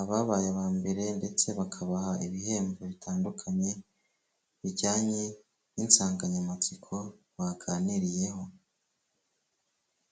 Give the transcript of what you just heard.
ababaye aba mbere ndetse bakabaha ibihembo bitandukanye, bijyanye n'insanganyamatsiko baganiriyeho.